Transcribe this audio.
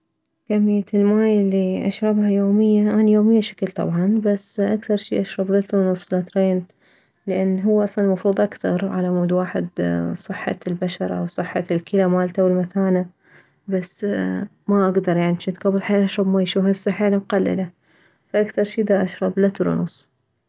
كمية الماي الي اشربها يومية اني يومية شكل طبعا بس اكثر شي اشرب لتر ونص لترين لان هو اصلا مفروض اكثر علمود واحد صحة البشرة صحة الكلى مالته والمثانة بس ما اكدر يعني قبل جنت حيل اشرب ماي شو هسه حيل مقللة اكثر شي داشرب لتر ونص